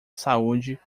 saúde